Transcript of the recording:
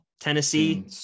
Tennessee